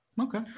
Okay